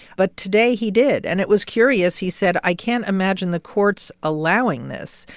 but today, he did and it was curious. he said, i can't imagine the courts allowing this.